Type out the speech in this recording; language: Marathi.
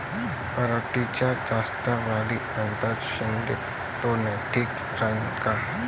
पराटीच्या जास्त वाढी नंतर शेंडे तोडनं ठीक राहीन का?